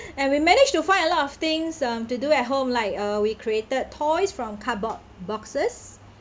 and we manage to find a lot of things um to do at home like uh we created toys from cardboard boxes